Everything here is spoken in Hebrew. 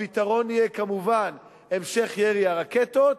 הפתרון יהיה כמובן המשך ירי הרקטות,